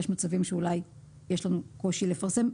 יש מצבים שאולי יש לנו קושי לפרסם.